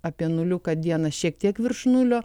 apie nuliuką dieną šiek tiek virš nulio